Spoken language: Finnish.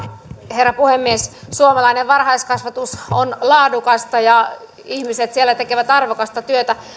herra puhemies suomalainen varhaiskasvatus on laadukasta ja ihmiset siellä tekevät arvokasta työtä